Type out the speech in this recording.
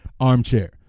Armchair